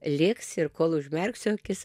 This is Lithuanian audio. liks ir kol užmerksiu akis